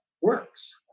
works